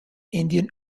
indian